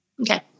Okay